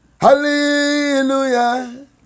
hallelujah